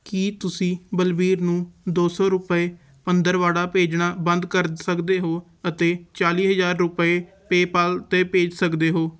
ਕੀ ਤੁਸੀਂ ਬਲਬੀਰ ਨੂੰ ਦੋ ਸੌ ਰੁਪਏ ਪੰਦਰਵਾੜਾ ਭੇਜਣਾ ਬੰਦ ਕਰ ਸਕਦੇ ਹੋ ਅਤੇ ਚਾਲੀ ਹਜ਼ਾਰ ਰੁਪਏ ਪੇਪਾਲ 'ਤੇ ਭੇਜ ਸਕਦੇ ਹੋ